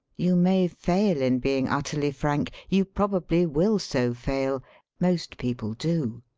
you may fail in being utterly frank you probably will so fail most people do.